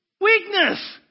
Weakness